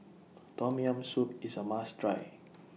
Tom Yam Soup IS A must Try